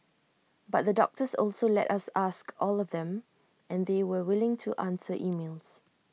but the doctors always let us ask all them and they were willing to answer emails